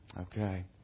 okay